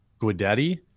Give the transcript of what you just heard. Guidetti